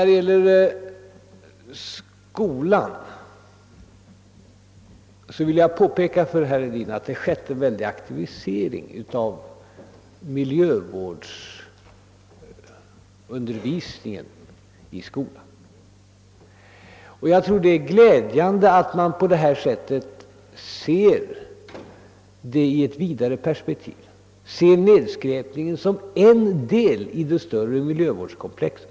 Vad skolorna angår vill jag erinra herr Hedin om att där har skett en stark aktivering av miljövårdsundervisningen. Jag tycker det är glädjande att man sett problemet i ett vidare perspektiv och nu betraktar nedskräpningen som en del i det större miljövårdskomplexet.